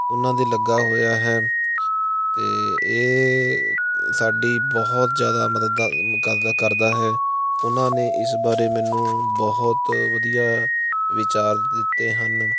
ਉਹਨਾਂ ਦੇ ਲੱਗਾ ਹੋਇਆ ਹੈ ਅਤੇ ਇਹ ਸਾਡੀ ਬਹੁਤ ਜ਼ਿਆਦਾ ਮਦਦ ਕਰ ਕਰਦਾ ਹੈ ਉਹਨਾਂ ਨੇ ਇਸ ਬਾਰੇ ਮੈਨੂੰ ਬਹੁਤ ਵਧੀਆ ਵਿਚਾਰ ਦਿੱਤੇ ਹਨ